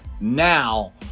now